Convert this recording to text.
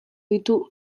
ditu